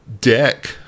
deck